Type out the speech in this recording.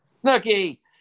Snooky